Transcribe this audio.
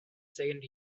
second